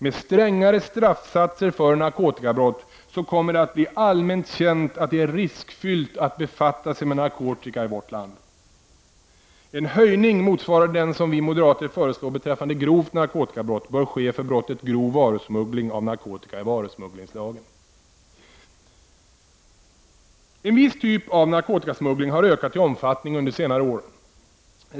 Med strängare straffsatser för narkotikabrott kommer det att bli allmänt känt att det är riskfyllt att befatta sig med narkotika i vårt land. En höjning motsvarande den som vi moderater föreslår beträffande grovt narkotikabrott bör ske för brottet grov varusmuggling av narkotika i varusmugglingslagen. En viss typ av narkotikasmuggling har ökat i omfattning under senare år.